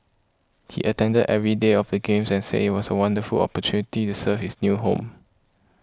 he attended every day of the games and said it was a wonderful opportunity to serve his new home